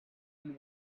and